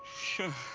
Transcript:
sure.